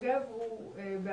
תודה רבה.